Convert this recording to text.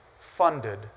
funded